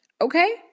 Okay